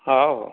ହଉ